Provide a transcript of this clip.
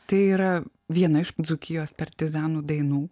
tai yra viena iš dzūkijos partizanų dainų